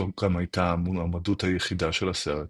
זו גם הייתה המועמדות היחידה של הסרט הזה.